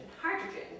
hydrogen